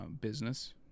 business